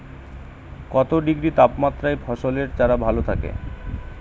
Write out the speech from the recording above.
কত ডিগ্রি তাপমাত্রায় ফসলের চারা ভালো থাকে?